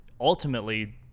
ultimately